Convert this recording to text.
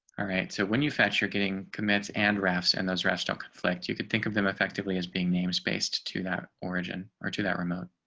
alright, so when you fetch, you're getting commits and rafts and those restaurant conflict, you could think of them effectively as being names based to that origin or to that remote